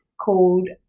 called